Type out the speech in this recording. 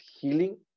healing